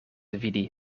vidi